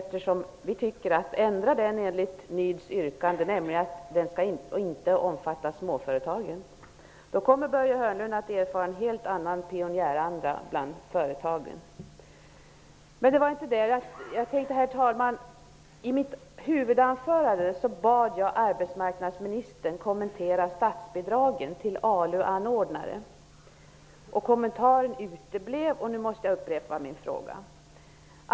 Vi tycker att den skall ändras i enlighet med Ny demokratis yrkande, nämligen att den inte skall omfatta småföretagen. Då kommer Börje Hörnlund att erfara en helt annan pionjäranda bland företagen. Det var dock inte det jag skulle tala om. Herr talman! I mitt huvudanförande bad jag arbetsmarknadsministern att kommentera statsbidragen till ALU-anordnare. Kommentaren uteblev, och nu måste jag upprepa min fråga.